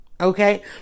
Okay